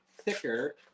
thicker